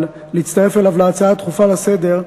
להצטרף אליו להצעה דחופה לסדר-היום,